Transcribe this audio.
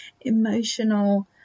emotional